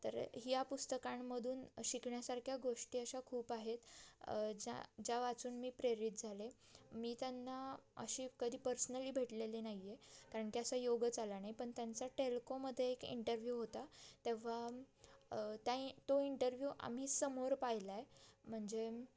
तर ह्या पुस्तकांमधून शिकण्यासारख्या गोष्टी अशा खूप आहेत ज्या ज्या वाचून मी प्रेरित झाले मी त्यांना अशी कधी पर्सनली भेटलेली नाही आहे कारण की असा योगच आला नाही पण त्यांचा टेल्कोमध्ये एक इंटरव्ह्यू होता तेव्हा त्याइं तो इंटरव्ह्यू आम्ही समोर पाहिला आहे म्हणजे